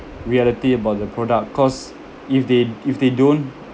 reality about the product cause if they if they don't